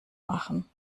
machen